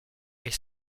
est